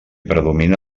predomina